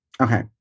Okay